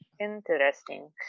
Interesting